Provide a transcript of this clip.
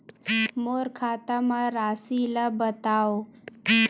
मोर खाता म राशि ल बताओ?